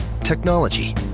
Technology